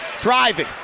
Driving